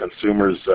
consumers